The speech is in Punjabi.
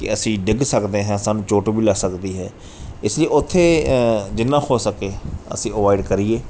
ਕਿ ਅਸੀਂ ਡਿੱਗ ਸਕਦੇ ਹਾਂ ਸਾਨੂੰ ਚੋਟ ਵੀ ਲੱਗ ਸਕਦੀ ਹੈ ਇਸ ਲਈ ਉੱਥੇ ਜਿੰਨਾ ਹੋ ਸਕੇ ਅਸੀਂ ਅਵੋਇਡ ਕਰੀਏ